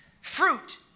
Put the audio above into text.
Fruit